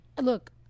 Look